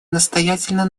настоятельно